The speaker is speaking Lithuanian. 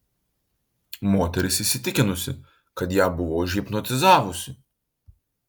moteris įsitikinusi kad ją buvo užhipnotizavusi